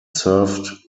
served